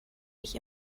ich